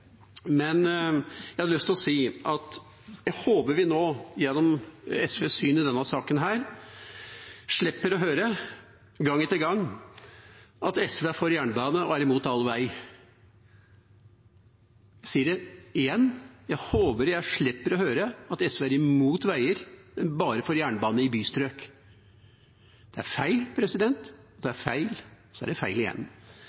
Jeg har lyst til å si at jeg håper vi nå gjennom SVs syn i denne saken slipper å høre gang etter gang at SV er for jernbane og imot all vei. Jeg sier det igjen: Jeg håper jeg slipper å høre at SV er imot veier og bare for jernbane i bystrøk. Det er feil, det er feil, og så er det feil igjen.